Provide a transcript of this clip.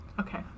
Okay